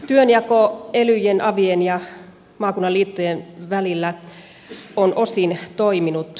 työnjako elyjen avien ja maakuntaliittojen välillä on osin toiminut